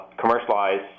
commercialize